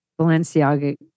Balenciaga